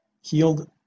healed